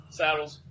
saddles